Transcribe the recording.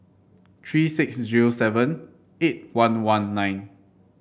three six zero seven eight one one nine